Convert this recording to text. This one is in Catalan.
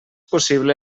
possible